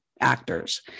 actors